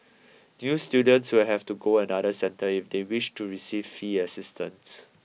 new students will have to go another centre if they wish to receive fee assistance